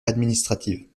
administrative